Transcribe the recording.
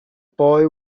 boy